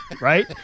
Right